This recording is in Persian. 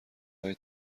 های